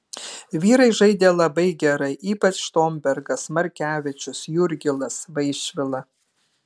vyrai žaidė labai gerai ypač štombergas markevičius jurgilas vaišvila